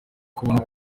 kubona